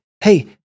Hey